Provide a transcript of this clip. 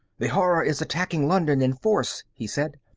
the horror is attacking london in force, he said.